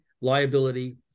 liability